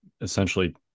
essentially